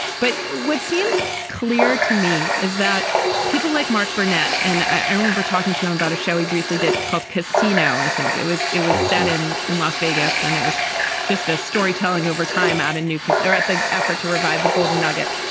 but what seems clear to me is that people like mark burnett and i remember talking to him about a show he briefly did called casino. i think it was. it was set in in las vegas and it was just a storytelling over time at a new course at the effort to revive the golden nugget.